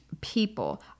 people